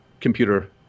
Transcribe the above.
computer